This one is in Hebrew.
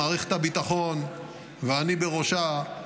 מערכת הביטחון ואני בראשה,